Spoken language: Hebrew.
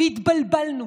והתבלבלנו.